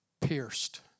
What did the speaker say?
pierced